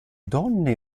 donne